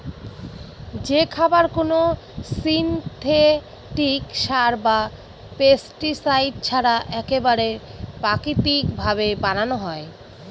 যে খাবার কোনো সিনথেটিক সার বা পেস্টিসাইড ছাড়া এক্কেবারে প্রাকৃতিক ভাবে বানানো হয়